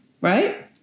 Right